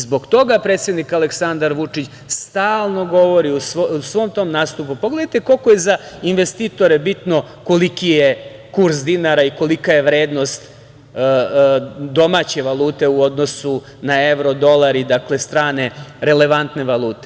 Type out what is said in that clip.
Zbog toga predsednik Aleksandar Vučić stalno govori u svom tom nastupu – pogledajte koliko je za investitore bitno koliki je kurs dinara i kolika je vrednost domaće valute u odnosu na evro, dolar i strane relevantne valute.